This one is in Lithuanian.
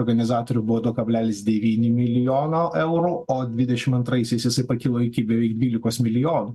organizatorių buvo du kablelis devyni milijono eurų o dvidešim antraisiais jis pakilo iki beveik dvylikos milijonų